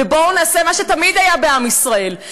בואו נעשה מה שתמיד היה בעם ישראל,